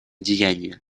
деяния